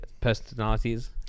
personalities